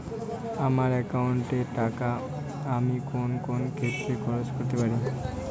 আমার একাউন্ট এর টাকা আমি কোন কোন ক্ষেত্রে খরচ করতে পারি?